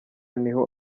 niho